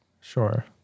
Sure